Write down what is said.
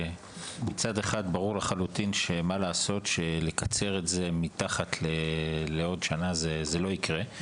מצד אחד ברור לחלוטין שלקצר את זה מתחת לעוד שנה זה לא יקרה,